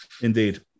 Indeed